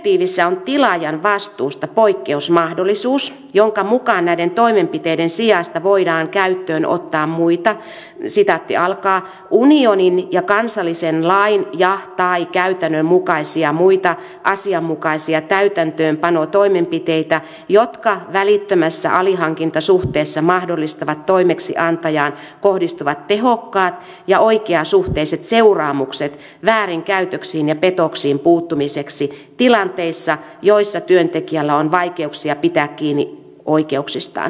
direktiivissä on tilaajan vastuusta poikkeusmahdollisuus jonka mukaan näiden toimenpiteiden sijasta voidaan käyttöön ottaa muita unionin ja kansallisen lain tai käytännön mukaisia muita asianmukaisia täytäntöönpanotoimenpiteitä jotka välittömässä alihankintasuhteessa mahdollistavat toimeksiantajaan kohdistuvat tehokkaat ja oikeasuhteiset seuraamukset väärinkäytöksiin ja petoksiin puuttumiseksi tilanteissa joissa työntekijöillä on vaikeuksia pitää kiinni oikeuksistaan